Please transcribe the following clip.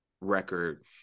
record